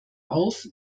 auf